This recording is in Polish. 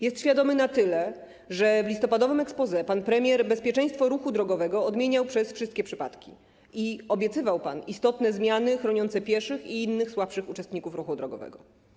Jest świadomy na tyle, że w listopadowym exposé pan premier bezpieczeństwo ruchu drogowego odmieniał przez wszystkie przypadki i obiecywał istotne zmiany chroniące pieszych i innych słabszych uczestników ruchu drogowego.